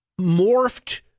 morphed